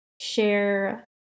share